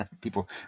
people